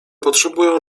potrzebują